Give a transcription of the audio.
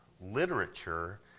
literature